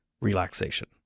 relaxation